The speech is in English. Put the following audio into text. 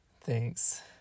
thanks